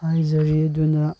ꯍꯥꯏꯖꯔꯤ ꯑꯗꯨꯅ